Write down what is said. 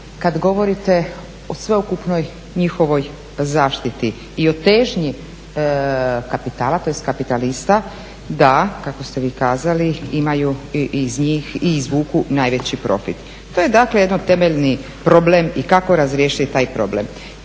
kad govorite o sveukupnoj njihovoj zaštiti i o težnji kapitala, tj. kapitalista da kako ste vi kazali imaju iz njih i izvuku najveći profit. To je dakle, jedan temeljni problem i kako razriješiti taj problem.